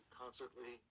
constantly